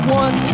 one